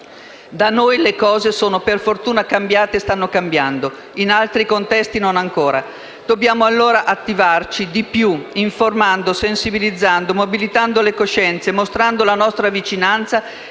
Da noi le cose sono per fortuna cambiate e stanno cambiando, ma non ancora in altri contesti. Dobbiamo allora attivarci maggiormente, informando, sensibilizzando, mobilitando le coscienze, mostrando la nostra vicinanza